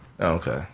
Okay